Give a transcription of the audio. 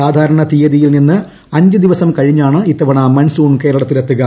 സാധാരണയിൽ തീയതിയിൽ നിന്ന് അഞ്ച് ദിവസം ് കഴിഞ്ഞാണ് ഇത്തവണ മൺസൂൺ കേരളത്തിലെത്തുക